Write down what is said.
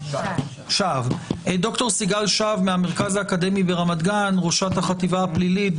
שהב מהמרכז האקדמי ברמת גן, ראשת החטיבה הפלילית,